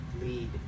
lead